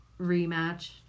rematch